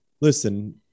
Listen